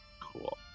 Cool